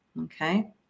Okay